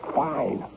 fine